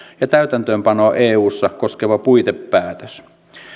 ja täytäntöönpanoa eussa koskeva puitepäätös